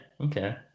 Okay